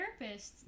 therapists